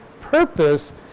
purpose